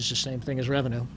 is the same thing as revenue